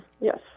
yes